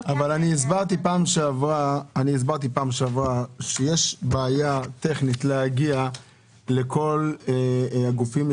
הסברתי פעם שעברה שיש בעיה טכנית להגיע לכל הגופים.